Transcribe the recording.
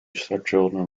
stepchildren